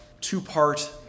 two-part